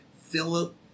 Philip